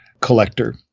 collector